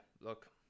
look